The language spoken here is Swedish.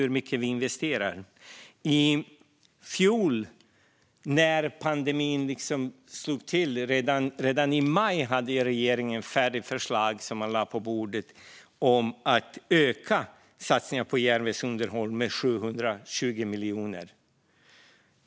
Redan i maj i fjol när pandemin slog till hade regeringen ett färdigt förslag som man lade på bordet om att öka satsningen på järnvägsunderhåll med 720 miljoner.